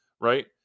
right